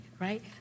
right